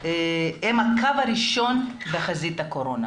הם הקו הראשון בחזית הקורונה